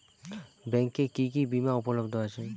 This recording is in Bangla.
ব্যাংকে কি কি বিমা উপলব্ধ আছে?